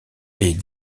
est